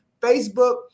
Facebook